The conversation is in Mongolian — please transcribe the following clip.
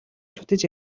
шүтэж